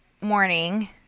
morning